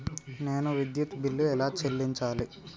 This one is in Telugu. నేను విద్యుత్ బిల్లు ఎలా చెల్లించాలి?